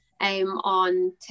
on